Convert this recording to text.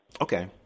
Okay